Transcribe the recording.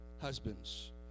husbands